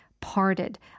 parted